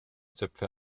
zöpfe